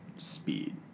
speed